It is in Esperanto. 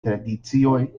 tradicioj